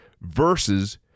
versus